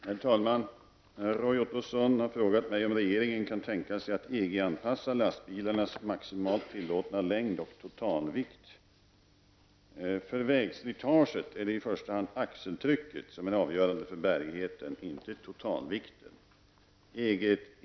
Herr talman! Roy Ottosson har frågat mig om regeringen kan tänka sig att EG-anpassa lastbilarnas maximalt tillåtna längd och totalvikt. För vägslitaget är det i första hand axeltrycket som är avgörande för bärigheten -- inte totalvikten.